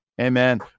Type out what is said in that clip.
Amen